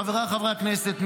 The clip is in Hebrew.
חבריי חברי הכנסת,